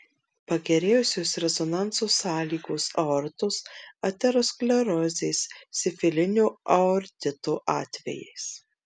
pagerėjusios rezonanso sąlygos aortos aterosklerozės sifilinio aortito atvejais